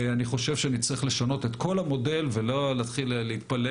אני חושב שנצטרך לשנות את כל המודל ולא להתחיל להתפלל